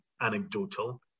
anecdotal